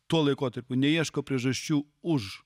tuo laikotarpiu neieško priežasčių už